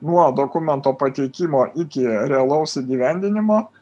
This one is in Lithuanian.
nuo dokumento pateikimo iki realaus įgyvendinimo